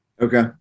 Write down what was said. Okay